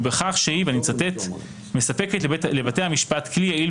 הוא בכך שהיא ואני מצוטט - "מספקת לבתי המשפט כלי יעיל